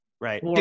right